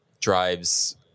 drives